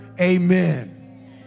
Amen